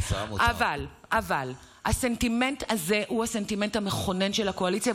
אבל הסנטימנט הזה הוא הסנטימנט המכונן של הקואליציה,